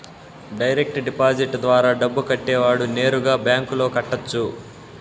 direct deposit ద్వారా డబ్బు కట్టేవాడు నేరుగా బ్యాంకులో కట్టొచ్చు